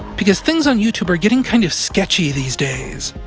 because things on youtube are getting kind of sketchy these days.